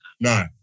No